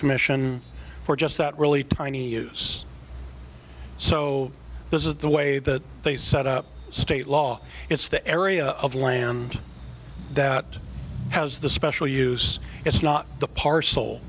commission for just that really tiny use so because of the way that they set up state law it's the area of land that has the special use it's not the parcel